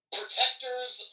protectors